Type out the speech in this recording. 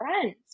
friends